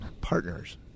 partners